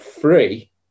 free